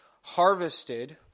harvested